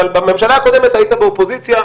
אבל בממשלה הקודמת היית באופוזיציה,